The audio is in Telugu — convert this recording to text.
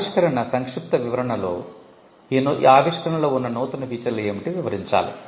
ఆవిష్కరణ సంక్షిప్త వివరణలో ఈ ఆవిష్కరణలో ఉన్న నూతన ఫీచర్లు ఏమిటి వివరించాలి